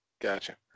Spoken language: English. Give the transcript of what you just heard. Gotcha